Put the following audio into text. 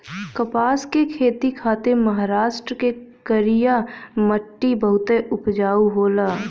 कपास के खेती खातिर महाराष्ट्र के करिया मट्टी बहुते उपजाऊ होला